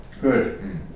Good